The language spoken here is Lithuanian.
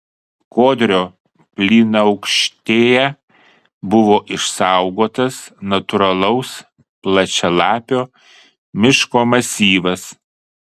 kodrio plynaukštėje buvo išsaugotas natūralaus plačialapio miško masyvas